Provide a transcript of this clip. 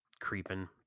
creeping